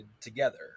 together